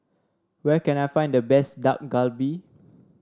where can I find the best Dak Galbi